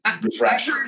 refresh